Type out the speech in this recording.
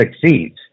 succeeds